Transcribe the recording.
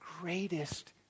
greatest